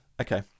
okay